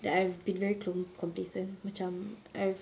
that I've been very complacent macam I've